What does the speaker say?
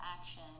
action